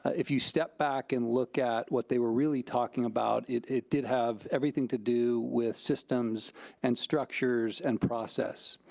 if you step back and look at what they were really talking about, it did have everything to do with systems and structures and process